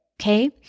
okay